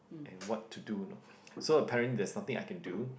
and what to do so apparent there's nothing I can do